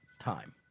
time